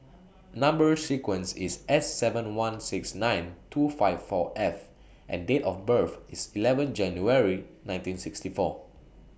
Number sequence IS S seven one six nine two five four F and Date of birth IS eleven January nineteen sixty four